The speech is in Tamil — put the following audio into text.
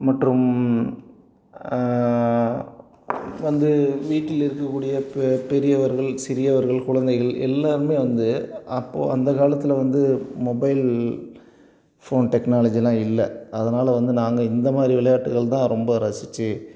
மற்றும் வந்து வீட்டில் இருக்கக்கூடிய பெ பெரியவர்கள் சிறியவர்கள் குழந்தைகள் எல்லாேருமே வந்து அப்போது அந்த காலத்தில் வந்து மொபைல் ஃபோன் டெக்னாலஜியெலாம் இல்லை அதனால வந்து நாங்கள் இந்தமாதிரி விளையாட்டுகள் தான் ரொம்ப ரசித்து